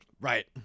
Right